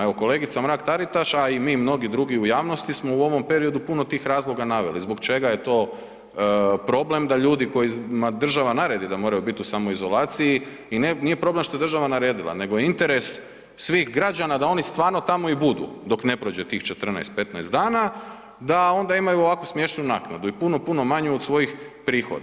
Evo, kolegica Mrak-Taritaš, a i mi mnogi drugi u javnosti smo u ovom periodu puno tih razloga naveli, zbog čega je to problem da ljudi kojima država naredi da moraju biti u samoizolaciji i nije problem što je država naredila, nego je interes svih građana da oni stvarno tamo i budu dok ne prođe tih 14, 15 dana, da onda imaju ovakvo smiješnu naknadu i puno, puno manju od svojih prihoda.